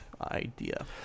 idea